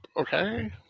okay